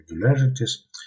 regularities